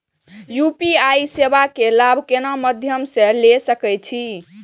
UPI सेवा के लाभ कोन मध्यम से ले सके छी?